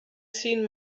seen